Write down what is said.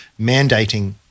mandating